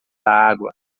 água